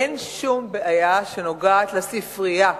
אין שום בעיה שנוגעת לספרייה.